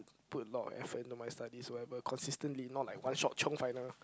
put a lot of effort into my studies wherever consistently not like one shot chiong final